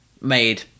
made